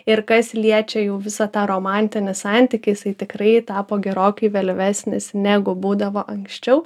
ir kas liečia jau visą tą romantinį santykiai su tikrai tapo gerokai vėlyvesnis negu būdavo anksčiau